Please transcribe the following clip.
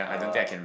uh